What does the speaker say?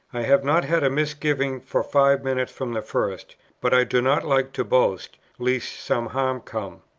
i have not had a misgiving for five minutes from the first but i do not like to boast, lest some harm come.